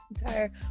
entire